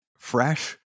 fresh